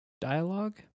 dialogue